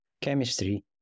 chemistry